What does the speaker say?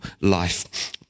life